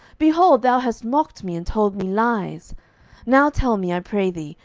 behold, thou hast mocked me, and told me lies now tell me, i pray thee,